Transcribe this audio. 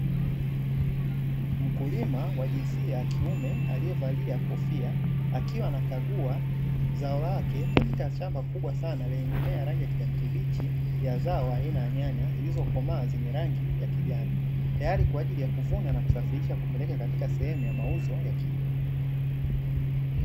Mkulima wa jinsia ya kiume akiwa amevalia kofia, akiwa anakagua zao lake katika shamba kubwa sana lenye mimea ya rangi ya kijani kibichi ya zao aina ya nyanya zilizokomaa zenye rangi ya kijani tayari kwa ajili ya kuvunwa na kupeleka katika sehemu ya mauzo ya kilimo.